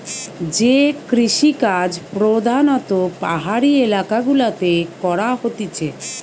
যে কৃষিকাজ প্রধাণত পাহাড়ি এলাকা গুলাতে করা হতিছে